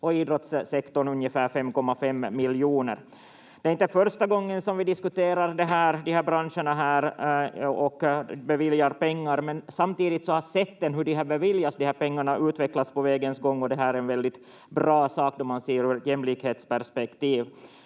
idrottssektorn ungefär 5,5 miljoner. Det är inte första gången som vi diskuterar de här branscherna och beviljar pengar, men samtidigt har sätten på vilka de här pengarna beviljas utvecklats på vägen, och det här är en väldigt bra sak då man ser det ur ett jämlikhetsperspektiv.